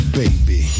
baby